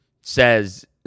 says